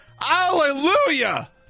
Hallelujah